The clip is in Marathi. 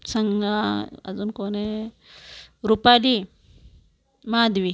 संग अजून कोण आहे रुपाली माधवी